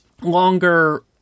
longer